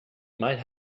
might